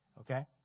okay